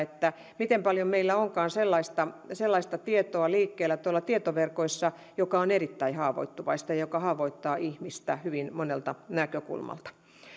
miten paljon meillä onkaan sellaista tietoa liikkeellä tietoverkoissa joka on erittäin haavoittuvaista ja joka haavoittaa ihmistä hyvin monelta näkökulmalta